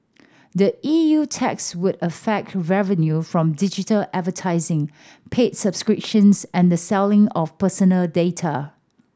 the E U tax would affect revenue from digital advertising paid subscriptions and the selling of personal data